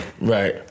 Right